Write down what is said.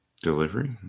Delivery